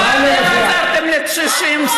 לא אתם עזרתם לקשישים,